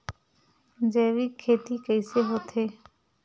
जैविक खेती कइसे होथे?